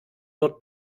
dort